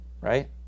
Right